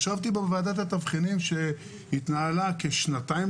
ישבתי בוועדת התבחינים שהתנהלה כשנתיים,